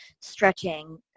stretching